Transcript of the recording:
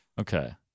okay